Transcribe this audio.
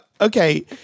Okay